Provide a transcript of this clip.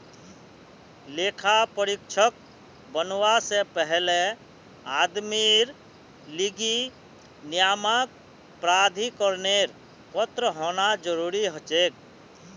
लेखा परीक्षक बनवा से पहले आदमीर लीगी नियामक प्राधिकरनेर पत्र होना जरूरी हछेक